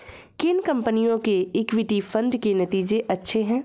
किन कंपनियों के इक्विटी फंड के नतीजे अच्छे हैं?